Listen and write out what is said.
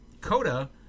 Coda